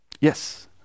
Yes